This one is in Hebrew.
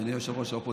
אדוני ראש האופוזיציה,